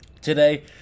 Today